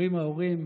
אומרים ההורים: